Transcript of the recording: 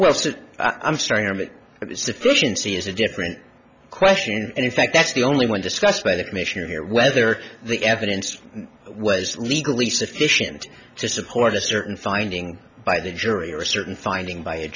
well so i'm starting from it but it's deficiency is a different question and in fact that's the only one discussed by the commission here whether the evidence was legally sufficient to support a certain finding by the jury or certain finding by a